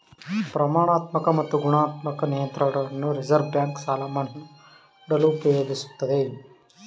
ಪ್ರಮಾಣಾತ್ಮಕ ಮತ್ತು ಗುಣಾತ್ಮಕ ನಿಯಂತ್ರಣಗಳನ್ನು ರಿವರ್ಸ್ ಬ್ಯಾಂಕ್ ಸಾಲ ಮನ್ನಾ ಮಾಡಲು ಉಪಯೋಗಿಸುತ್ತದೆ